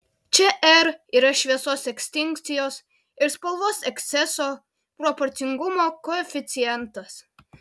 čia r yra šviesos ekstinkcijos ir spalvos eksceso proporcingumo koeficientas